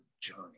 journey